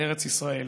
לארץ ישראל.